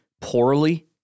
poorly